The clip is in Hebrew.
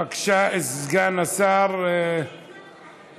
בבקשה, סגן השר ליצמן.